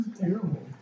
terrible